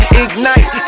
ignite